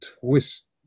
twist